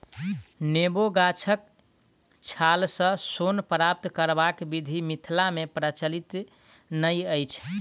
नेबो गाछक छालसँ सोन प्राप्त करबाक विधि मिथिला मे प्रचलित नै अछि